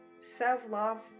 self-love